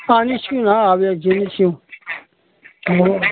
अँ निस्कौँ न अब एकछिन निस्कौँ